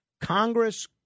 Congress